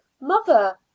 mother